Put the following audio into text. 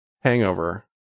hangover